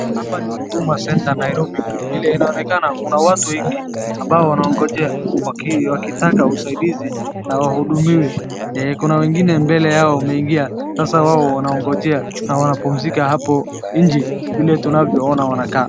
Hapa ni huduma center Nairobi. Vile inaonekana kuna watu wengi ambao wanaongoja wakitaka usaidizi na wahudumiwe. Kuna wengine mbele yao wameingia sasa wao wanaongojea na wanapumzika hapo nje vile tunavyoona wanakaa.